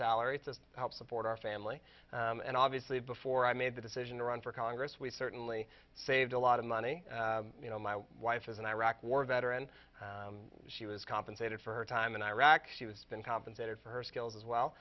salary to help support our family and obviously before i made the decision to run for congress we certainly saved a lot of money you know my wife is an iraq war veteran she was compensated for her time in iraq she was been compensated for her skills as well